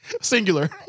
Singular